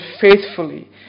faithfully